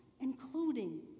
including